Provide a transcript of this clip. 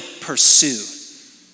pursue